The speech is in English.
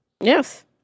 Yes